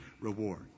reward